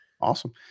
Awesome